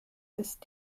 ist